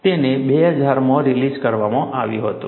તેને 2000 માં રિલીઝ કરવામાં આવ્યું હતું